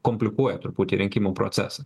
komplikuoja truputį rinkimų procesą